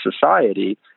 society